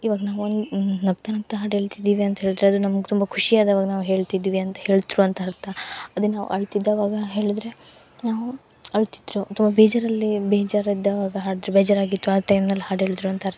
ಇವಾಗ ನಾವೊಂದು ನಗ್ತಾ ನಗ್ತಾ ಹಾಡು ಹೇಳ್ತಿದ್ದೀವಿ ಅಂತ ಹೇಳಿದ್ರೆ ಅದು ನಮ್ಗೆ ತುಂಬ ಖುಷಿ ಆದವಾಗ ನಾವು ಹೇಳ್ತಿದ್ವಿ ಅಂತ ಹೇಳ್ತ್ರು ಅಂತ ಅರ್ಥ ಅದೇ ನಾವು ಅಳ್ತಿದ್ದವಾಗ ಹೇಳಿದ್ರೆ ನಾವು ಅಳ್ತಿದ್ರು ಅಥ್ವಾ ಬೇಜಾರಲ್ಲಿ ಬೇಜಾರು ಇದ್ದವಾಗ ಹಾಡ್ದ್ರೆ ಬೇಜಾರಾಗಿತ್ತು ಆ ಟೈಮ್ನಲ್ಲಿ ಹಾಡು ಹೇಳಿದ್ರು ಅಂತ ಅರ್ಥ